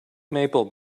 maple